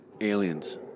Aliens